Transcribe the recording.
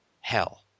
hell